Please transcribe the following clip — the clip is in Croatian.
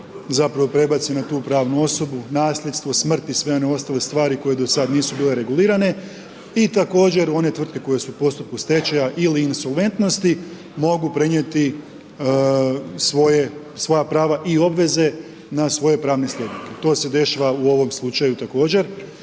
zapravo prebaci na tu pravnu osobu, na nasljedstvo, smrt i sve one ostale stvari koje do sad nisu bile regulirane. I također one tvrtke koje su u postupku stečaja ili insolventnosti, mogu prenijeti svoja prava i obveze na svoje pravne slijednike. To se dešava u ovom slučaju također.